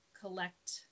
collect